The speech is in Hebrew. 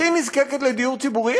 הכי נזקקת לדיור ציבורי,